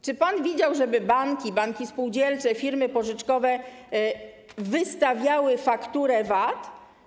Czy pan widział, żeby banki, banki spółdzielcze, firmy pożyczkowe wystawiały fakturę VAT?